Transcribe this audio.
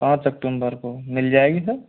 पाँच अक्टुम्बर को मिल जाएगी सर